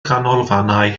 ganolfannau